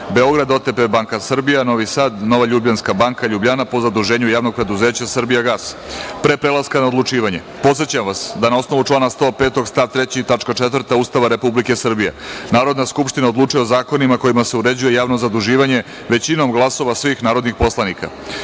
Beograd, OTP banka Srbija akcionarsko društvo Novi Sad i Nova Ljubljanska banka d.d. Ljubljana po zaduženju Javnog preduzeća „Srbijagas“.Pre prelaska na odlučivanje, podsećam vas, da na osnovu člana 105. stav 3. tačka 4) Ustava Republike Srbije Narodna skupština odlučuje o zakonima kojima se uređuje javno zaduživanje većinom glasova svih narodnih poslanika. Stavljam